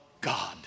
God